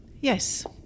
Yes